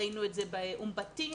ראינו את זה באום בטין,